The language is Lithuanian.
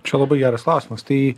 čia labai geras klausimas tai